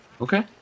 okay